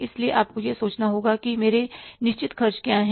इसलिए आपको यह सोचना होगा कि मेरे निश्चित खर्च क्या हैं